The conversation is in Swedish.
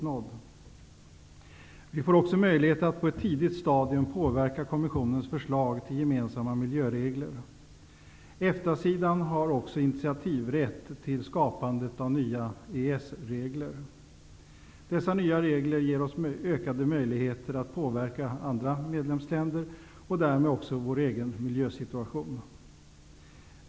Vi får också möjlighet att på ett tidigt stadium påverka kommissionens förslag till gemensamma miljöregler. EFTA-sidan har också initiativrätt till skapandet av nya EES-regler. Dessa nya regler ger oss ökade möjligheter att påverka andra medlemsländer och därmed också vår egen miljösituation.